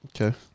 Okay